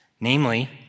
Namely